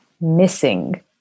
missing